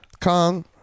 Kong